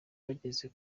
bageze